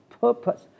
purpose